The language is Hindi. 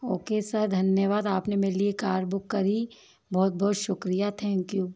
ओके सर धन्यवाद आप ने मेरे लिए कर बुक करी बहुत बहुत शुक्रिया थैंक्यू